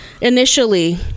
initially